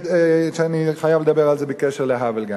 ואני חייב לדבר על זה גם בקשר להאוול.